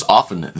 often